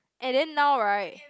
and then now right